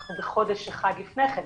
אנחנו בחודש אחד לפני כן,